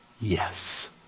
Yes